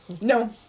No